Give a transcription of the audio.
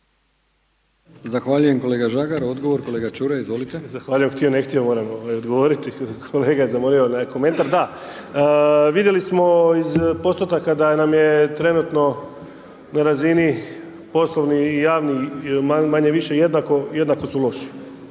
Zahvaljujem kolega Žagar. Odgovor kolega Čuraj, izvolite. **Čuraj, Stjepan (HNS)** Zahvaljujem. Htio-ne htio, moram odgovoriti, kolega me zamolio na komentar. Da, vidjeli smo iz postotaka da nam je trenutno na razini poslovnih i javnih manje-više jednako su loši.